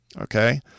Okay